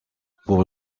pour